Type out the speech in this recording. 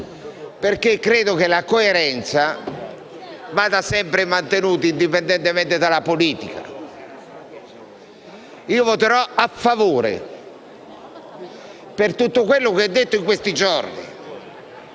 perché credo che la coerenza vada sempre mantenuta, indipendentemente dalla politica. Io voterò a favore per tutto quello che ho detto nei giorni